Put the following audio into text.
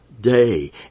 day